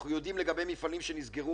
אנחנו יודעים לגבי מפעלים שנסגרו